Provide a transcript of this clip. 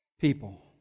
people